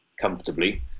comfortably